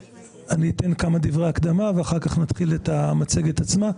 אתן כמה דברי הקדמה, ואחר כך נתחיל את המצגת עצמה.